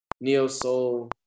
neo-soul